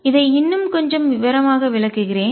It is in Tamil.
இதை இன்னும் கொஞ்சம் விவரமாக விளக்குகிறேன்